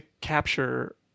capture